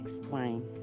explain